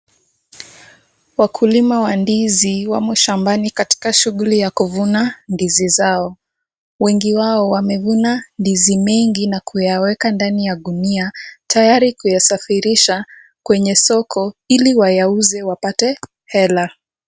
Wakulima wa ndizi wamo shambani katika shughuli ya kuvuna ndizi zao. Wengi wao wamevuna ndizi mingi na kuyaweka ndani ya gunia tayari kuyasafirisha kwenye soko ili wayauze wapate hela.